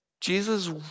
Jesus